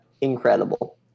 incredible